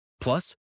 Plus